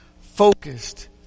focused